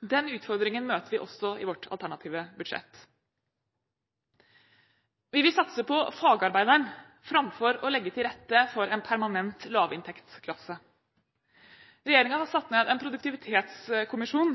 Den utfordringen møter vi også i vårt alternative budsjett. Vi vil satse på fagarbeideren framfor å legge til rette for en permanent lavinntektsklasse. Regjeringen har satt ned en